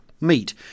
meat